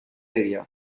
area